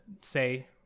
say